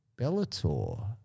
Bellator